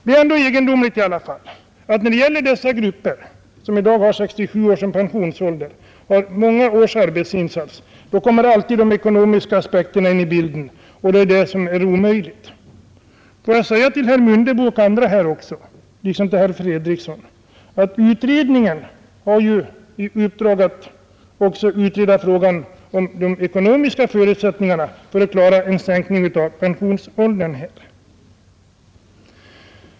Det är ändå egendomligt att de ekonomiska aspekterna alltid anses omöjliggöra en 65 sänkning för de grupper som i dag har 67 år som pensionsälder och som gjort en arbetsinsats under många ar. Får jag säga till herr Mundebo liksom till herr Fredriksson: Utredningen har ju i uppdrag att också utreda frågan om de ekonomiska förutsättningarna för att klara en sänkning av pensionsåldern.